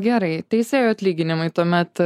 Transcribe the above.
gerai teisėjų atlyginimai tuomet